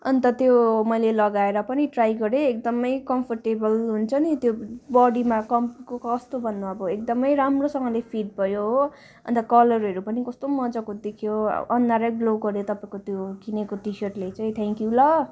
अन्त त्यो मैले लगाएर पनि ट्राई गरेँ एकदमै कम्फोर्टेबल हुन्छ नि त्यो बडीमा कम कस्तो भन्नु अब एकदमै राम्रोसँगले फिट भयो हो अन्त कलरहरू पनि कस्तो मजाको देख्यो अनुहारै ग्लो गऱ्यो तपाईँको त्यो किनेको टिसर्टले चाहिँ थ्याङ्क्यु ल